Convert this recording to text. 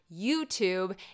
youtube